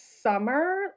summer